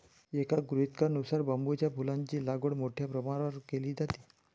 एका गृहीतकानुसार बांबूच्या फुलांची लागवड मोठ्या प्रमाणावर केली जाते